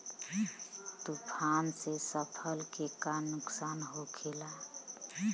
तूफान से फसल के का नुकसान हो खेला?